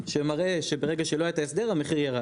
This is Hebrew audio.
אני יודע להראות את הגרף שמראה שברגע שלא היה את ההדסר המחיר ירד.